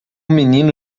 menino